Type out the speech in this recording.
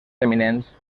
eminents